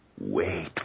Wait